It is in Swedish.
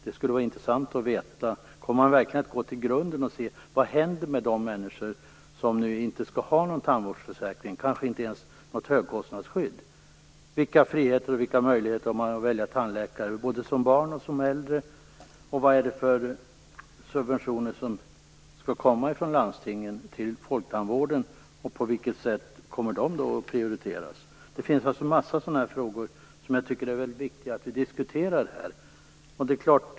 Det skulle vara intressant att veta om man verkligen kommer att gå till grunden och se vad som händer med de människor som inte skall ha någon tandvårdsförsäkring, kanske inte ens något högkostnadsskydd. Vilka friheter och möjligheter har man att välja tandläkare både som barn och som äldre? Vilka subventioner skall komma från landstingen till folktandvården, och på vilket sätt kommer det att prioriteras? Det finns en massa sådana frågor som jag tycker att det är väldigt viktigt att vi diskuterar här.